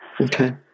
Okay